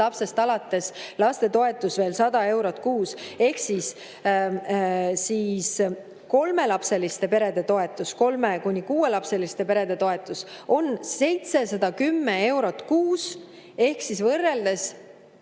lapsest alates lapsetoetus veel 100 eurot kuus ehk siis kolmelapseliste perede toetus, kolme‑ kuni kuuelapseliste perede toetus on 710 eurot kuus ehk võrreldes